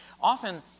Often